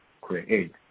create